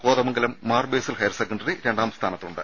Kothamangalam Mar Basil higher secondary രണ്ടാം സ്ഥാനത്തുണ്ട്